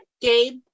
Gabe